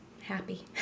happy